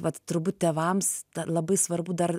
vat turbūt tėvams labai svarbu dar